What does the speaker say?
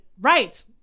Right